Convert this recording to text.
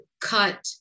cut